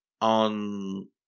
on